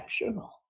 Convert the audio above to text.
exceptional